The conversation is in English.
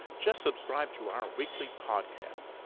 just subscribe to our weekly podcast.